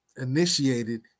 initiated